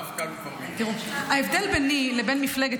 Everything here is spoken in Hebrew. המפכ"ל כבר --- ההבדל ביני לבין מפלגת